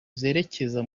zerekeza